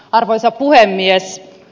arvoisa puhemies